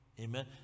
Amen